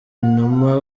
numa